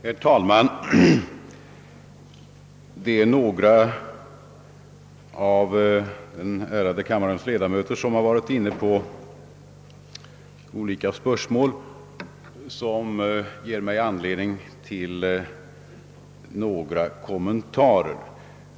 Herr talman! Några av de anföranden som hållits av ledamöter av denna kammare ger mig anledning till en del kommentarer.